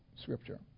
Scripture